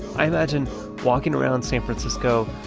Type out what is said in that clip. i imagine walking around san francisco,